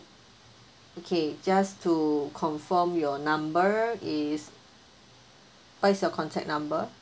okay just to confirm your number is what is your contact number